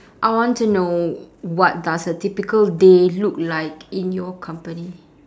I want to know what does a typical day look like in your company